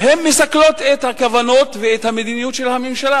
מסכלים את הכוונות ואת המדיניות של הממשלה.